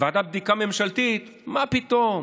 ועדת בדיקה ממשלתית, מה פתאום.